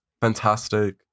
Fantastic